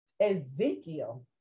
Ezekiel